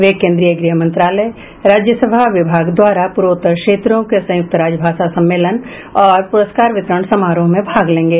वे केन्द्रीय गृह मंत्रालय राजसभा विभाग द्वारा पूर्वोत्तर क्षेत्रों के संयुक्त राजसभा सम्मेलन और पुरस्कार वितरण समारोह में भाग लेंगे